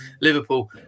Liverpool